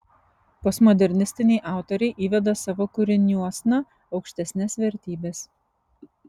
postmodernistiniai autoriai įveda savo kūriniuosna aukštesnes vertybes